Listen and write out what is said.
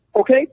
Okay